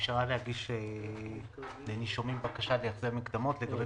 שאפשרה לנישומים להגיש בקשה להחזר מקדמות לגבי